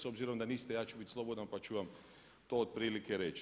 S obzirom da niste ja ću bit slobodan pa ću vam to otprilike reći.